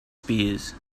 spears